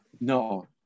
No